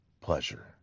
pleasure